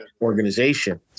organization